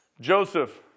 Joseph